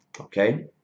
okay